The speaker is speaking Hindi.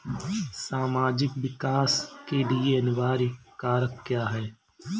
सामाजिक विकास के लिए अनिवार्य कारक क्या है?